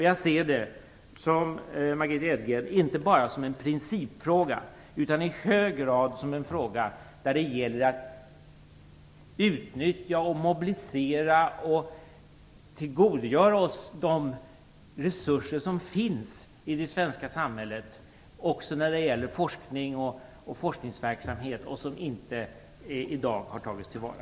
Jag ser det, Margitta Edgren, inte bara som en principfråga, utan i hög grad som en fråga där det gäller att utnyttja, mobilisera och tillgodogöra oss de resurser som finns i det svenska samhället, även när det gäller forskning och forskningsverksamhet, och som i dag inte har tagits tillvara.